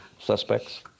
suspects